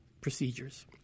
procedures